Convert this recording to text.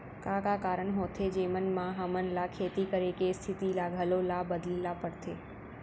का का कारण होथे जेमन मा हमन ला खेती करे के स्तिथि ला घलो ला बदले ला पड़थे?